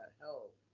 help